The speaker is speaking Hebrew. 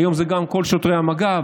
והיום זה גם אצל כל שוטרי המג"ב,